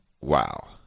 Wow